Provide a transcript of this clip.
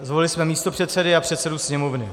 Zvolili jsme místopředsedy a předsedu Sněmovny.